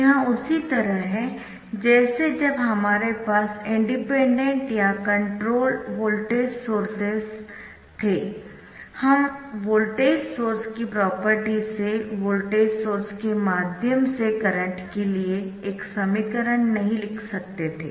यह उसी तरह है जैसे जब हमारे पास इंडिपेंडेंट या कंट्रोल्ड वोल्टेज सोर्स थे हम वोल्टेज सोर्स की प्रॉपर्टी से वोल्टेज सोर्स के माध्यम से करंट के लिए एक समीकरण नहीं लिख सकते थे